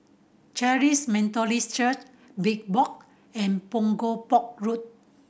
Christ Methodist Church Big Box and Punggol Port Road